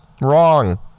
Wrong